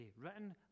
Written